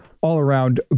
all-around